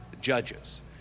judges